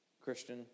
Christian